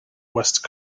west